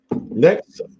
next